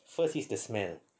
first is the smell